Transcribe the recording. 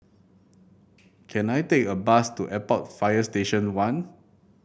can I take a bus to Airport Fire Station One